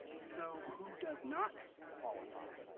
so who does not qualify